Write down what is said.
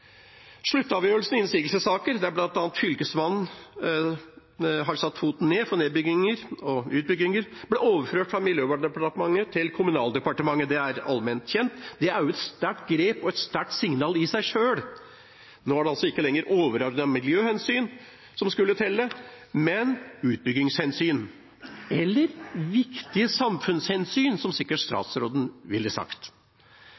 innsigelsessaker, der bl.a. Fylkesmannen har satt foten ned for nedbygginger og utbygginger, ble overført fra Miljødepartementet til Kommunaldepartementet – det er allment kjent. Det er et sterkt grep og et sterkt signal i seg sjøl. Nå er det altså ikke lenger overordnede miljøhensyn som skal telle, men utbyggingshensyn – eller viktige samfunnshensyn, som statsråden sikkert